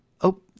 Oh